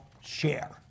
share